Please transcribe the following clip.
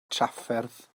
trafferth